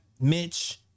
Mitch